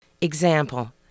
Example